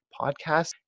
podcast